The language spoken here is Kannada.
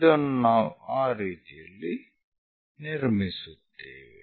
ಇದನ್ನು ನಾವು ಆ ರೀತಿಯಲ್ಲಿ ನಿರ್ಮಿಸುತ್ತೇವೆ